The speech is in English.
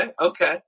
okay